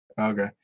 Okay